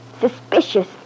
Suspicious